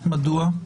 מדוע?